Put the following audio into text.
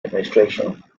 administration